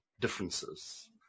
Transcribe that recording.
differences